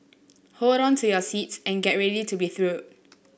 hold on to your seats and get ready to be thrilled